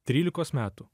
trylikos metų